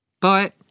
Bye